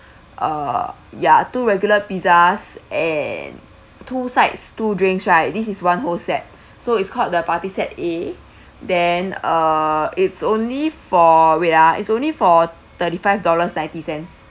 uh ya two regular pizzas and two sides two drinks right this is one whole set so it's called the party set A then uh it's only for wait ah it's only for thirty five dollars ninety cents